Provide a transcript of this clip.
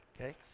okay